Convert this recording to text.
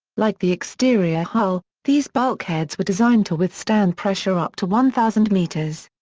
like the exterior hull, these bulkheads were designed to withstand pressure up to one thousand metres.